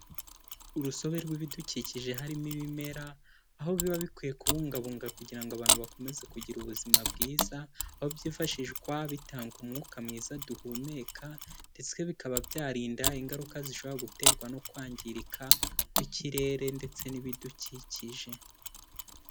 Urusobe rw'ibidukikije harimo ibimera, aho biba bikwiye kubungabunga kugira ngo abantu bakomeze kugira ubuzima bwiza, aho byifashishwa bitanga umwuka mwiza duhumeka ndetse bikaba byarinda ingaruka zishobora guterwa no kwangirika kw'ikirere ndetse n'ibidukikije.